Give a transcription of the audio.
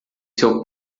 seu